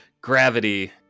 Gravity